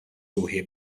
ruħi